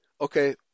okay